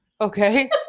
Okay